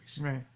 Right